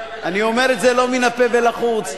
אני אומר את זה לא מן הפה ולחוץ.